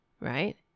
right